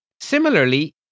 Similarly